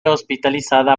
hospitalizada